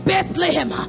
Bethlehem